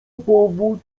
powód